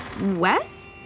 Wes